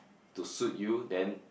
to suit you then